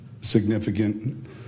significant